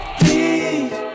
Please